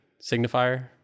signifier